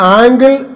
angle